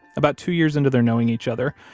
about two years into their knowing each other,